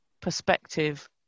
perspective